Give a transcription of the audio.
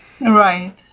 Right